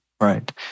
right